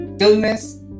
Illness